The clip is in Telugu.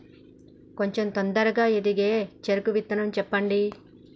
కొంచం తొందరగా ఎదిగే చెరుకు విత్తనం చెప్పండి?